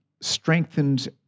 strengthened